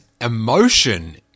emotion